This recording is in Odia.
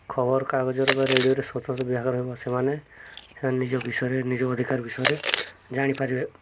ଖବରକାଗଜରେ ବା ରେଡ଼ିଓରେ ସ୍ୱତନ୍ତ୍ର ବିଭାଗ ରହିବ ସେମାନେ ସେମାନେ ନିଜ ବିଷୟରେ ନିଜ ଅଧିକାର ବିଷୟରେ ଜାଣିପାରିବେ